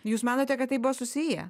jūs manote kad tai buvo susiję